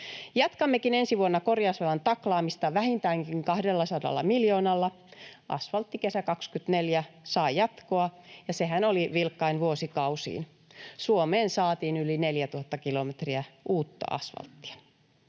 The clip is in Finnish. Jatkammekin ensi vuonna korjausvelan taklaamista vähintäänkin 200 miljoonalla. Asvalttikesä 24 saa jatkoa, ja sehän oli vilkkain vuosikausiin. Suomeen saatiin yli 4 000 kilometriä uutta asvalttia.